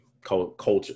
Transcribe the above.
culture